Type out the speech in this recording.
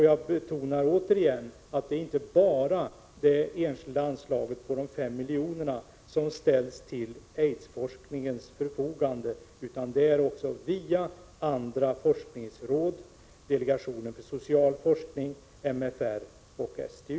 Jag betonar återigen att det inte bara är genom det enskilda anslaget om 5 milj.kr. som medel har ställts till aidsdelegationens förfogande, utan man har också fått hjälp på annat sätt — genom forskningsråd, delegationen för social forskning, MFR och STU.